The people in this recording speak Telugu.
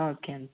ఓకే అండీ